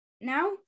Now